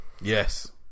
Yes